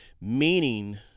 Meaning